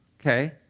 Okay